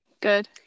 good